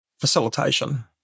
Facilitation